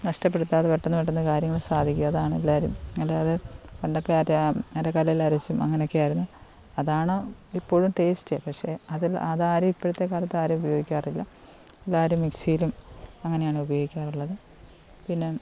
നഷ്ടപ്പെടുത്താതെ പെട്ടെന്ന് പെട്ടെന്ന് കാര്യങ്ങൾ സാധിക്കുക അതാണ് എല്ലാവരും അല്ലാതെ പണ്ടൊക്കെ അര അരകല്ലേലരച്ചും അങ്ങനൊക്കെയായിരുന്നു അതാണോ ഇപ്പോഴും ടേസ്റ്റ് പക്ഷേ അതിൽ അതാരും ഇപ്പോഴത്തെ കാലത്ത് ആരും ഉപയോഗിക്കാറില്ല എല്ലാവരും മിക്സിയിലും അങ്ങനെയാണ് ഉപയോഗിക്കാറുള്ളത് പിന്നെ